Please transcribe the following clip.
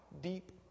deep